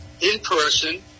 in-person